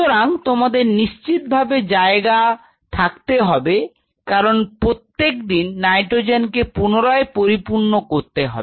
সুতরাং তোমাদের নিশ্চিতভাবে জায়গা থাকতে হবে কারণ প্রত্যেকদিন নাইট্রোজেনকে পুনরায় পরিপূর্ণ করতে হবে